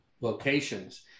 locations